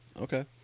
okay